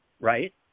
right